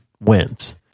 wins